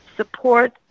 support